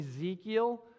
Ezekiel